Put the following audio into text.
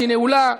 שהיא נעולה,